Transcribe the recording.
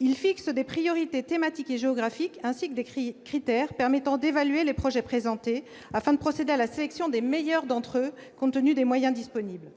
Elle fixe des priorités thématiques et géographiques, ainsi que des critères permettant d'évaluer les projets présentés, afin de procéder à la sélection des meilleurs d'entre eux, compte tenu des moyens disponibles.